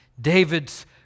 David's